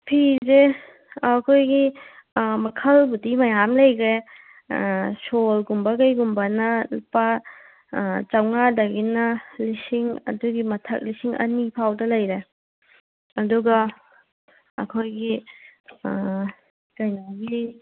ꯐꯤꯁꯦ ꯑꯩꯈꯣꯏꯒꯤ ꯃꯈꯜꯕꯨꯗꯤ ꯃꯌꯥꯝ ꯂꯩꯈ꯭ꯔꯦ ꯁꯣꯜꯒꯨꯝꯕ ꯀꯔꯤꯒꯨꯝꯕꯅ ꯂꯨꯄꯥ ꯆꯥꯃꯉꯥꯗꯒꯤꯅ ꯂꯤꯁꯤꯡ ꯑꯗꯨꯒꯤ ꯃꯊꯛ ꯂꯤꯁꯤꯡ ꯑꯅꯤ ꯐꯥꯎꯕꯗ ꯂꯩꯔꯦ ꯑꯗꯨꯒ ꯑꯩꯈꯣꯏꯒꯤ ꯀꯩꯅꯣꯒꯤ